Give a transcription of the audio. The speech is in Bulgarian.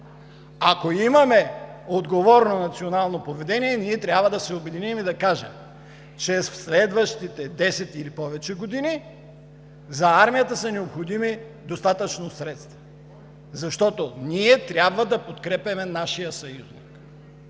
Ако имаме отговорно национално поведение, ние трябва да се обединим и да кажем, че в следващите 10 или повече години за армията са необходими достатъчно средства, защото трябва да подкрепяме нашия съюзник.